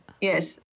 yes